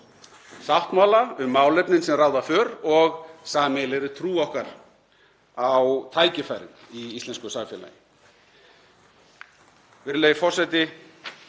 sáttmála um málefnin sem ráða för og sameiginlegri trú okkar á tækifærin í íslensku samfélagi. Virðulegi forseti.